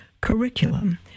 curriculum